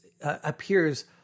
appears